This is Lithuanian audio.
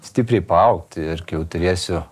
stipriai paaugti ir kai jau turėsiu